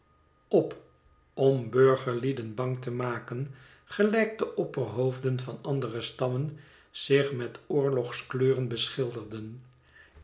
op om burgerlieden bang te maken gelijk de opperhoofden van andere stammen zich met oorlogskleuren beschilderden